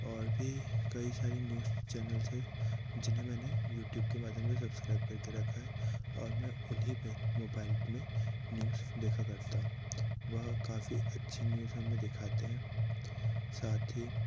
और भी कई सारे न्यूज़ चैनल्स हैं जिन्हे मैंने यूट्यूब के माध्यम से सब्स्क्राइब कर के रखा है और मैं उन्ही पर मोबाईल में न्यूज़ देखा करता हूँ वह काफ़ी अच्छी न्यूज़ हमें दिखते हैं साथ ही